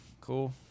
cool